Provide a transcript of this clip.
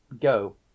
Go